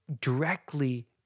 directly